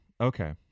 Okay